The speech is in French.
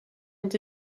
ont